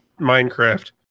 Minecraft